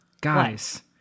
Guys